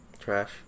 Trash